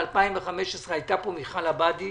הייתה פה מיכל עבאדי,